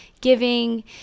giving